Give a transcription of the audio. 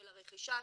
של הרכישה,